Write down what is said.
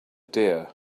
deer